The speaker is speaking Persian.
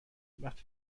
وقتی